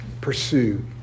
pursue